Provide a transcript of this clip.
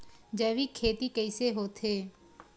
जैविक खेती कइसे होथे?